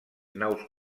naus